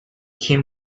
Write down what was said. came